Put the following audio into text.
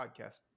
podcast